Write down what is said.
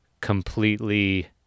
completely